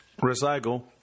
Recycle